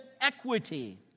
equity